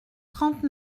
trente